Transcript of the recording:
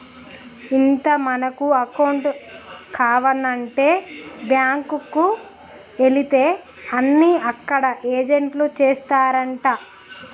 ఇంత మనకు అకౌంట్ కావానంటే బాంకుకు ఎలితే అన్ని అక్కడ ఏజెంట్లే చేస్తారంటా